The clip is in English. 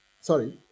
Sorry